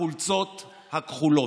החולצות הכחולות?